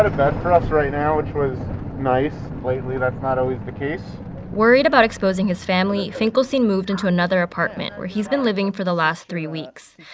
a bed for us right now which was nice. lately, that's not always the case worried about exposing his family, finkelstein moved into another apartment, where he's been living for the last three weeks.